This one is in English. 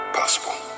possible